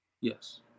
Yes